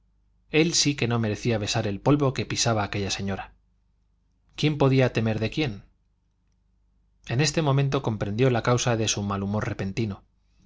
él sí que no merecía besar el polvo que pisaba aquella señora quién podía temer de quién en este momento comprendió la causa de su malhumor repentino